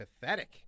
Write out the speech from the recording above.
pathetic